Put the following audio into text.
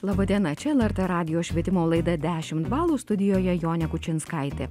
laba diena čia lrt radijo švietimo laida dešimt balų studijoje jonė kučinskaitė